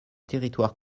territoires